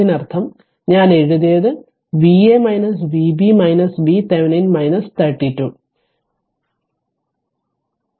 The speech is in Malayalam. അതിനർത്ഥം ഞാൻ എഴുതിയത് V Va Vb VThevenin 32 VThevenin ഞാൻ അവിടെ എഴുതിയത് Va Vb 32